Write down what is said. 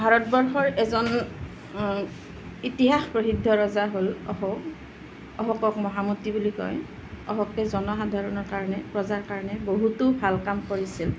ভাৰতবৰ্ষৰ এজন ইতিহাস প্ৰসিদ্ধ ৰজা হ'ল অশোক অশোকক মহামূৰ্তি বুলি কয় অশোকে জনসাধাৰণৰ কাৰণে প্ৰজাৰ কাৰণে বহুতো ভাল কাম কৰিছিল